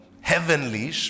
heavenly